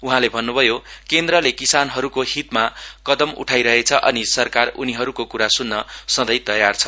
उहाँले भन्नुभयोकेन्द्रले किसानहरुको हितमा कदम उठाइरहेछ अनि सरकार उनीहरुको कुरा सुन्न संघै तयार छ